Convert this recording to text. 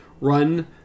run